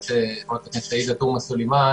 חברת הכנסת עאידה תומא סלימאן,